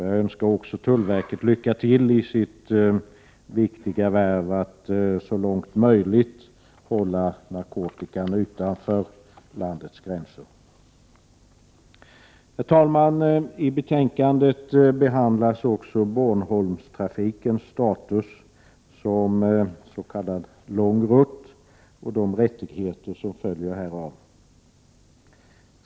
Jag önskar också tullverket lycka till i dess viktiga värv att så långt möjligt hålla narkotikan utanför landets gränser. Herr talman! I betänkandet behandlas också Bornholmstrafikens status som s.k. långrutt och de rättigheter som följer härav.